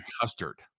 custard